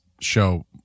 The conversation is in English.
show